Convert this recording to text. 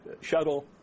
shuttle